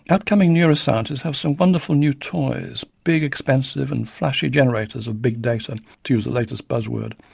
upcoming neuroscientists have some wonderful new toys big, expensive and flashy generators of big data, to use the latest buzz word,